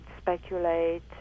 speculate